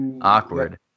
Awkward